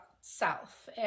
self